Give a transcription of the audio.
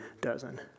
dozen